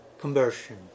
conversion